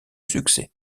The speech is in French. succès